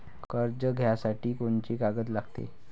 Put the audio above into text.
कर्ज घ्यासाठी कोनची कागद लागते?